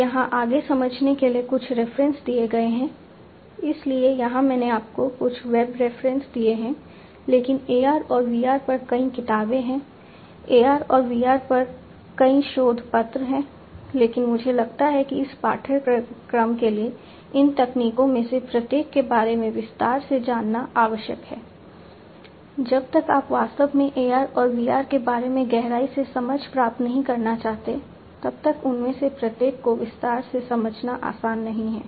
तो यहाँ आगे समझने के लिए कुछ रेफरेंसेस दिए हैं लेकिन AR और VR पर कई किताबें हैं AR और VR पर कई शोध पत्र हैं लेकिन मुझे लगता है कि इस पाठ्यक्रम के लिए इन तकनीकों में से प्रत्येक के बारे में विस्तार से जानना आवश्यक है जब तक आप वास्तव में AR और VR के बारे में गहराई से समझ प्राप्त नहीं करना चाहते तब तक उनमें से प्रत्येक को विस्तार से समझना आसान नहीं है